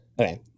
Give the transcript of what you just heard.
Okay